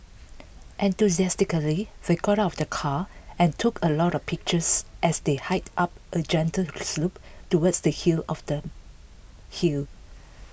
enthusiastically they got out of the car and took a lot of pictures as they hiked up a gentle slope towards the hill of the hill